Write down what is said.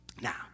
Now